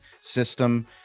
system